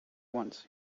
once